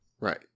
Right